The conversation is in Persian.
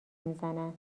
میزنن